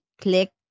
click